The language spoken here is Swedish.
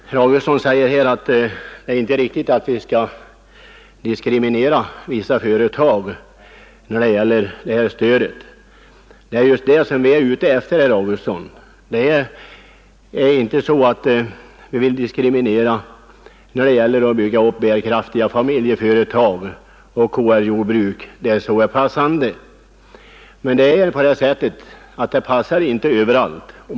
Herr talman! Herr Augustsson säger att det inte är riktigt att diskriminera vissa företag vid lämnandet av det aktuella stödet. Det är just det som vi inte vill, herr Augustsson. Vi vill inte diskriminera någon kategori när det gäller att ge stöd till uppbyggandet av bärkraftiga familjeföretag och KR-jordbruk, där så är passande. Men det passar inte överallt.